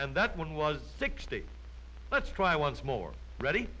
and that one was sixty let's try once more ready